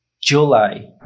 July